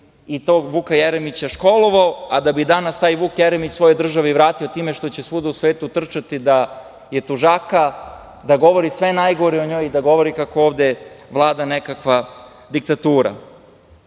i tog Vuka Jeremića školovao, a da bi danas taj Vuk Jeremić svojoj državi vratio time što će svuda u svetu trčati da je tužaka, da govori sve najgore o njoj, da govori kako ovde vlada nekakva diktatura. Napao